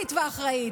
נורמלית ואחראית,